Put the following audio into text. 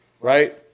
right